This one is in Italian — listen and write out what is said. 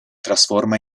trasforma